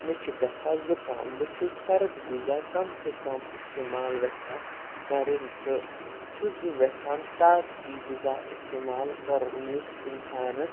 مےٚ چھُ گژھان زُکام بہٕ چھُس سَرٕد غُذا کم سے کم اِستعمال ویٚژھان کَرُن تہٕ چھُس بہٕ ویٚژھان طاقتی غُذا اِستعمال کَرُن یُس اِنسانَس